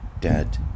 dead